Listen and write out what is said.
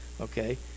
okay